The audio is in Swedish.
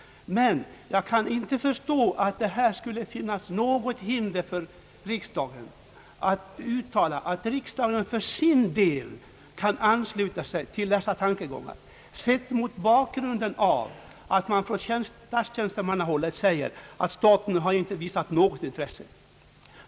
Men jag kan inte förstå att det skulle finnas något hinder för riksdagen att i ett uttalande ansluta sig till de här tankegångarna sett mot bakgrunden av att man från statstjänstemannahåll förklarat att staten inte visat något intresse.